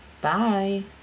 bye